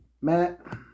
Matt